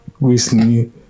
recently